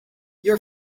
your